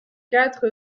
quatre